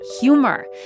humor